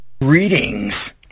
Greetings